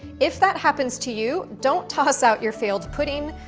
if that happens to you, don't toss out your failed pudding.